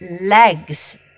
legs